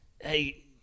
hey